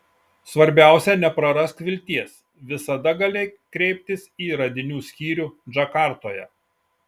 svarbiausia neprarask vilties visada gali kreiptis į radinių skyrių džakartoje